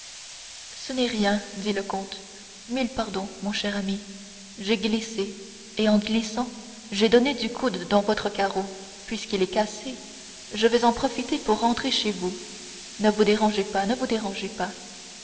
ce n'est rien dit le comte mille pardons mon cher ami j'ai glissé et en glissant j'ai donné du coude dans votre carreau puisqu'il est cassé je vais en profiter pour entrer chez vous ne vous dérangez pas ne vous dérangez pas